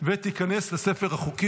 בעד, 14. אין נגד, אין נמנעים, נוכח אחד.